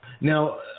Now